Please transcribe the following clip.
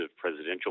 presidential